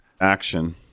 action